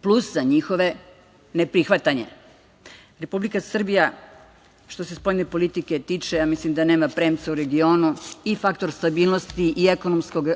plus, sa njihove neprihvatanje. Republika Srbija, što se spoljne politike tiče, ja mislim da nema premca u regionu i faktor stabilnosti i ekonomskog